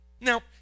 Now